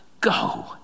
go